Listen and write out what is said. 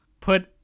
put